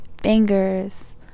fingers